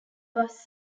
bus